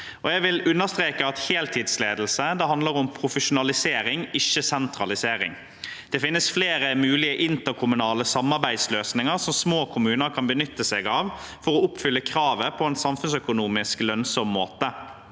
Jeg vil understreke at heltidsledelse handler om profesjonalisering, ikke sentralisering. Det finnes flere mulige interkommunale samarbeidsløsninger små kommuner kan benytte seg av for å oppfylle kravet på en samfunnsøkonomisk måte.